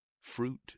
fruit